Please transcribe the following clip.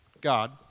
God